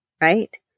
Right